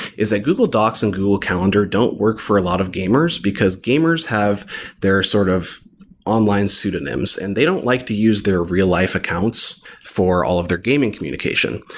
is that google docs and google calendar don't work for a lot of gamers, because gamers have their sort of online pseudonyms and they don't like to use their real-life accounts for all of their gaming communication.